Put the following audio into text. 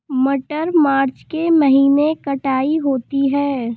मटर मार्च के महीने कटाई होती है?